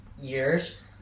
years